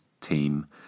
team